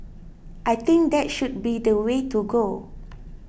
I think that should be the way to go